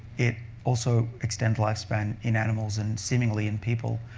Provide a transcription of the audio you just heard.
it also extends lifespan in animals and seemingly in people.